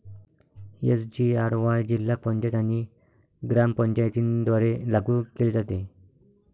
SGRY जिल्हा पंचायत आणि ग्रामपंचायतींद्वारे लागू केले जाते